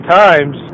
times